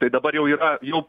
tai dabar jau yra jau